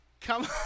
Come